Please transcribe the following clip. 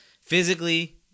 physically